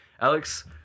Alex